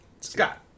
Scott